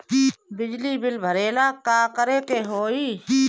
बिजली बिल भरेला का करे के होई?